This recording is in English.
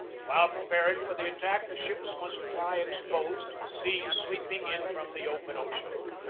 while preparing for the attack the ships must lie exposed to the seas sweep ing in from the open ocean.